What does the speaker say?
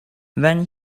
when